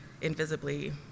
invisibly